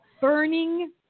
Burning